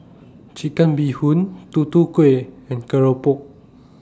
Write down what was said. Chicken Bee Hoon Tutu Kueh and Keropok